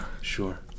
sure